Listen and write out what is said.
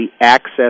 access